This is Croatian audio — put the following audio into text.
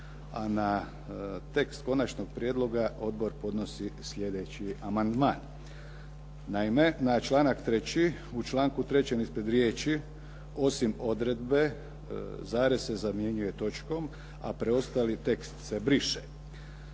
A na tekst Konačnog prijedloga Odbor podnosi sljedeći amandman. Naime, na članak 3. u članku 3. ispred riječi "osim odredbe" zarez se zamjenjuje točkom, a preostali tekst se briše.